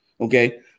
Okay